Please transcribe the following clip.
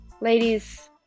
Ladies